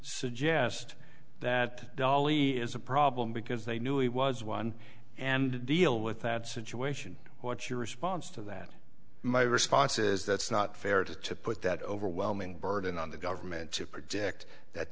suggest that dolly is a problem because they knew it was one and deal with that situation what your response to that my response is that it's not fair to put that overwhelming burden on the government to predict that